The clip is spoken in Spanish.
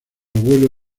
abuelo